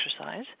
exercise